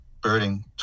birding